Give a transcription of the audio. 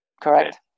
Correct